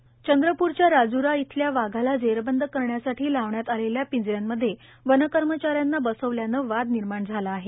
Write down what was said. वाघ पिंजरा चंद्रपूरच्या राजूरा येथील वाघाला जेरबंद करण्यासाठी लावण्यात आलेल्या पिंजऱ्यामध्ये वनकर्मचाऱ्याना बसविल्याने वाद निर्माण झाला आहे